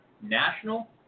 national